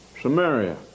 Samaria